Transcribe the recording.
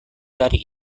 dari